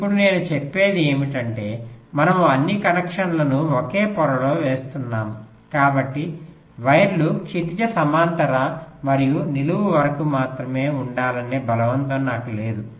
ఇప్పుడు నేను చెప్పేది ఏమిటంటే మనము అన్ని కనెక్షన్లను ఒకే పొరలో వేస్తున్నాము కాబట్టి వైర్లు క్షితిజ సమాంతర మరియు నిలువు వరకు మాత్రమే ఉండాలనే బలవంతం నాకు లేదు